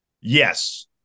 Yes